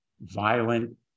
violent